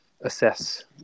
assess